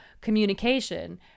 communication